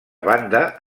banda